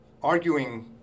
Arguing